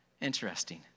Interesting